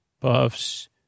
puffs